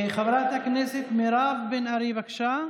חברת הכנסת מירב בן ארי, בבקשה.